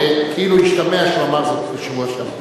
רק כאילו השתמע שהוא אמר זאת בשבוע שעבר.